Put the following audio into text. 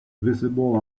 visible